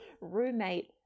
roommate